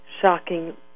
shocking